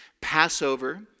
Passover